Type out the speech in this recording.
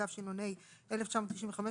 התשנ"ה-1995,